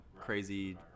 crazy